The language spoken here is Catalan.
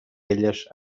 elles